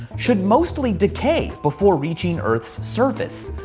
should mostly decay before reaching earth's surface.